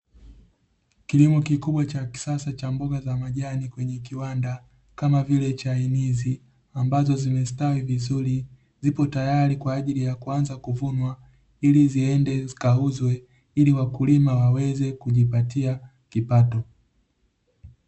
Kilimo kikubwa cha kisasa cha mboga za majani kwenye kiwanda kama vile chainizi, ambazo zimestawi vizuri zipo tayari kwa ajili ya kuanza kuvunwa ili ziende zikauzwe, ili wakulima waweze kujipatia kipato.